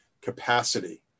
capacity